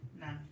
No